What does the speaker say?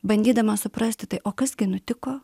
bandydamas suprasti tai o kas gi nutiko